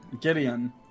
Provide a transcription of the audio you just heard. Gideon